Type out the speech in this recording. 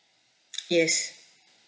yes